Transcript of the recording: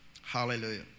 Hallelujah